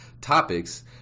topics